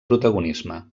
protagonisme